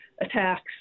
Attacks